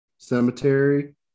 cemetery